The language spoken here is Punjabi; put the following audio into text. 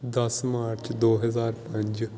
ਦਸ ਮਾਰਚ ਦੋ ਹਜ਼ਾਰ ਪੰਜ